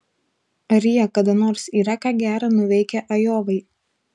ar jie kada nors yra ką gera nuveikę ajovai